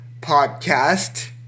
Podcast